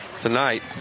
tonight